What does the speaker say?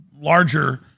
larger